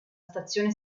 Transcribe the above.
stazione